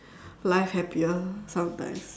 life happier sometimes